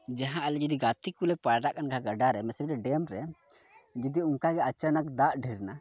ᱡᱟᱦᱟᱸ ᱟᱞᱮ ᱡᱩᱫᱤ ᱜᱟᱛᱮ ᱠᱚᱞᱮ ᱯᱟᱭᱨᱟᱜ ᱠᱟᱱ ᱠᱷᱟᱡ ᱜᱟᱰᱟᱨᱮ ᱥᱮ ᱰᱮᱢ ᱨᱮ ᱡᱩᱫᱤ ᱚᱱᱠᱟ ᱜᱮ ᱟᱪᱟᱱᱚᱠ ᱫᱟᱜ ᱰᱷᱮᱹᱨᱱᱟ